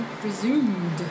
Presumed